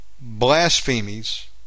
blasphemies